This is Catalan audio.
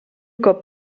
cop